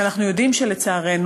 ואנחנו יודעים שלצערנו,